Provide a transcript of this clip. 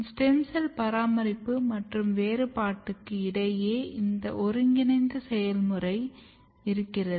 stem cell பராமரிப்பு மற்றும் வேறுபாட்டுக்கு இடையே இந்த ஒருங்கிணைத்த செயள்முறை இருக்கிறது